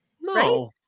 no